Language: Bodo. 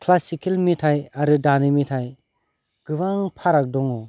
क्लासिकेल मेथाइ आरो दानि मेथाइ गोबां फाराग दङ